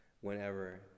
whenever